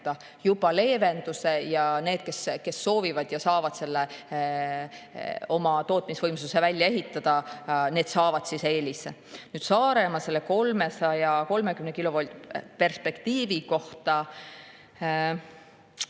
juba leevenduse ja need, kes soovivad ja saavad selle oma tootmisvõimsuse välja ehitada, saavad eelise. Nüüd Saaremaa 330 kilovoldi perspektiivi kohta.